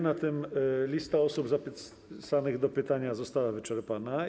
Na tym lista osób zapisanych do pytań została wyczerpana.